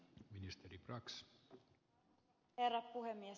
arvoisa herra puhemies